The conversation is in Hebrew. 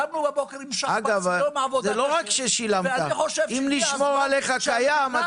קמנו עם שחר לעבוד ואני חושב שהגיע הזמן שהמדינה